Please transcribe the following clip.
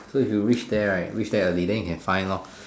so if you reach there right reach there early then you can find lor